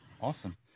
awesome